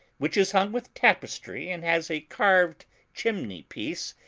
which is hung with tapestry and has a carved chimney-piece,